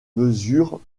mesurent